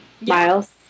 Miles